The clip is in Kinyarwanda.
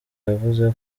yavuze